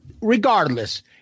regardless